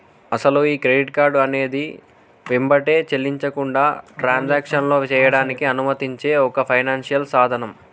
అసలు ఈ credit card అనేది వెంబటే చెల్లించకుండా ట్రాన్సాక్షన్లో చేయడానికి అనుమతించే ఒక ఫైనాన్షియల్ సాధనం